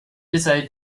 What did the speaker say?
decided